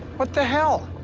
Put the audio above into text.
what the hell?